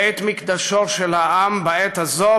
בית-מקדשו של העם בעת הזאת,